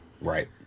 Right